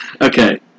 Okay